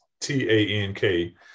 T-A-N-K